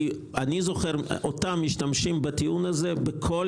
אני זוכר אותם משתמשים בטיעון הזה בכל